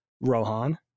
Rohan